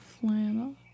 flannel